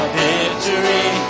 victory